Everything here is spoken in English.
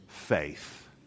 faith